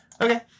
Okay